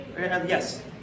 yes